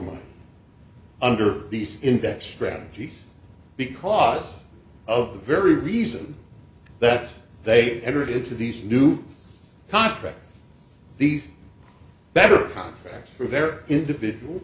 money under these index strategies because of the very reason that they entered into these new contracts these better contracts for their individual